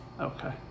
Okay